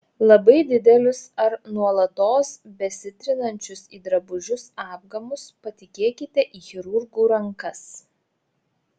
labai didelius ar nuolatos besitrinančius į drabužius apgamus patikėkite į chirurgų rankas